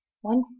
one